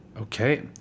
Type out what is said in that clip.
Okay